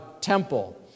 temple